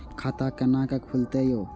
खाता केना खुलतै यो